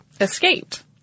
escaped